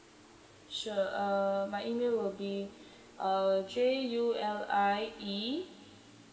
sure uh my email will be uh J U L I E